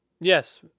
Yes